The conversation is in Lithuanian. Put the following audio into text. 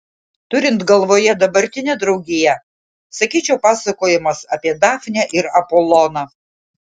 turint galvoje dabartinę draugiją sakyčiau pasakojimas apie dafnę ir apoloną